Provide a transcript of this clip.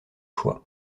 choix